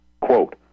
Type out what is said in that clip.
Quote